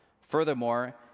Furthermore